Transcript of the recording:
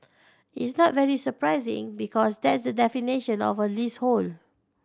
it's not very surprising because that's the definition of a leasehold